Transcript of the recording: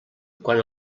quan